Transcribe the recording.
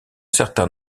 certain